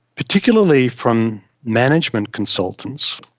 particularly from management consultants,